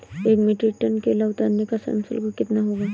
एक metric ton केला उतारने का श्रम शुल्क कितना होगा?